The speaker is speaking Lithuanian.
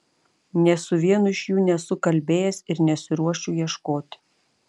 nė su vienu iš jų nesu kalbėjęs ir nesiruošiu ieškoti